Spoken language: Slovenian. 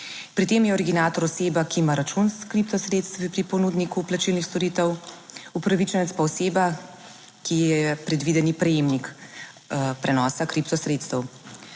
Pri tem je originator oseba, ki ima račun s kripto sredstvi pri ponudniku plačilnih storitev. Upravičenec pa oseba, ki je predvideni prejemnik. Prenosa kripto sredstev.